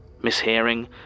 mishearing